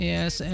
Yes